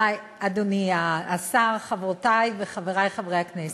אדוני השר, חברותי וחברי חברי הכנסת,